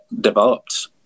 developed